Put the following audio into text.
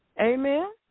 Amen